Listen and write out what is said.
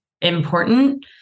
important